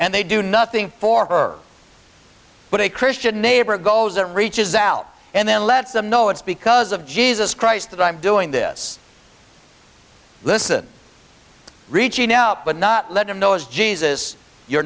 and they do nothing for her but a christian neighbor goes it reaches out and then lets them know it's because of jesus christ that i'm doing this listen reaching out but not let them know as jesus you're